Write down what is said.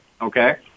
Okay